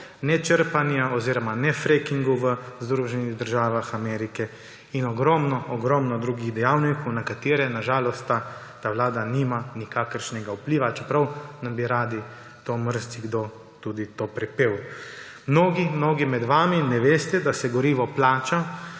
nečrpanja oziroma nefrackinga v Združenih državah Amerike in zaradi ogromno ogromno drugih dejavnikov, na katere na žalost ta vlada nima nikakršnega vpliva, čeprav nam bi rad marsikdo tudi to pripel. Mnogi mnogi med vami ne veste, da se goriva ne plača